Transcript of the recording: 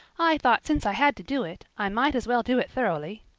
i thought since i had to do it i might as well do it thoroughly.